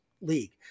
league